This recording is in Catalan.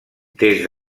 des